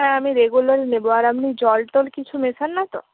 হ্যাঁ আমি রেগুলারই নেবো আর আপনি জল টল কিছু মেশান না তো